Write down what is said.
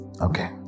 Okay